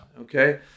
Okay